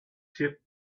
ship